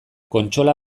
kontsola